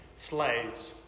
Slaves